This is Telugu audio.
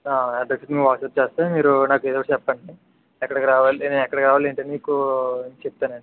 అడ్రస్కు మేము వాట్సప్ చేస్తే మీరు నాకు ఏదో ఒకటి చెప్పండి ఎక్కడికి రావాలి నేను ఎక్కడికి రావాలి మీకు చెప్తాను అండి